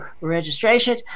registration